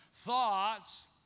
Thoughts